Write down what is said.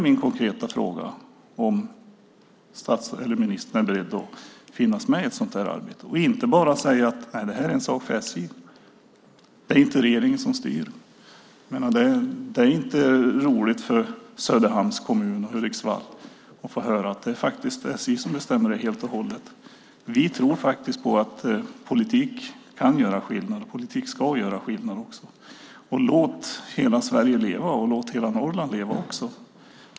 Min konkreta fråga är om ministern är beredd att finnas med i ett sådant arbete och inte bara säga: Detta är en sak för SJ, det är inte regeringen som styr. Det är inte roligt för Söderhamns och Hudiksvalls kommuner att få höra att det faktiskt är SJ som bestämmer det här helt och hållet. Vi tror faktiskt att politik kan göra skillnad, och politik ska också göra skillnad. Låt hela Sverige leva och låt också hela Norrland leva!